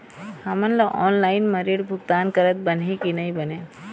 हमन ला ऑनलाइन म ऋण भुगतान करत बनही की नई बने?